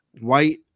white